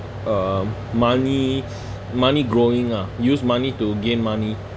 um money money growing ah use money to gain money